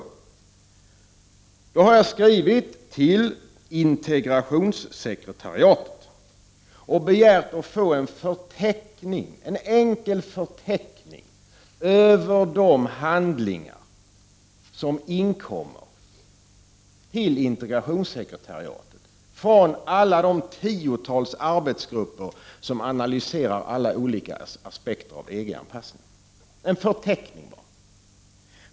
Jag har då skrivit till integrationssekretariatet och begärt att få en enkel förteckning över de handlingar som inkommer till integrationssekretariatet från alla de tiotals arbetsgrupper som analyserar alla olika aspekter av EG anpassningen.